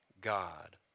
God